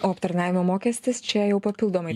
o aptarnavimo mokestis čia jau papildomai